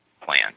plan